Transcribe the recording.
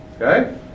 Okay